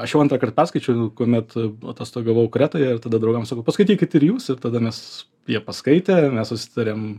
aš jau antrąkart perskaičiau kuomet atostogavau kretoje ir tada draugam sakau paskaitykit ir jūs ir tada mes jie paskaitėir mes susitarėm